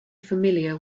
familiar